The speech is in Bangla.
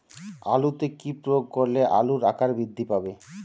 আলুতে কি প্রয়োগ করলে আলুর আকার বৃদ্ধি পাবে?